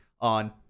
on